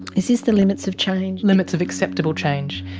is this the limits of change? limits of acceptable change.